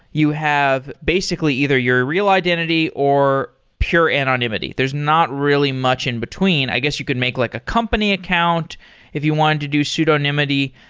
you have basically either your your real identity or pure anonymity. there's not really much in between. i guess you could make like a company account if you wanted to do pseudonymity.